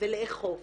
ולאכוף